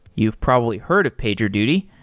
you've probably heard of pagerduty.